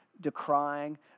decrying